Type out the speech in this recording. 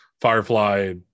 Firefly